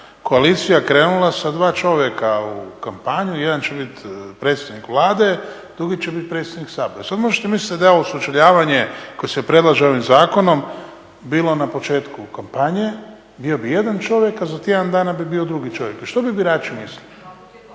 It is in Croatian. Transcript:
koalicija krenula sa dva čovjeka u kampanju, jedan će biti predsjednik Vlade, drugi će biti predsjednik Sabora. Sad možete misliti da je ovo sučeljavanje koje se predlaže ovim zakonom bilo na početku kampanje, bio bi jedan čovjek, a za tjedan dana bi bio drugi čovjek. Što bi birači mislili?